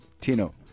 Tino